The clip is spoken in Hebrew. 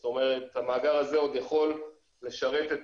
זאת אומרת המאגר הזה עוד יכול לשרת את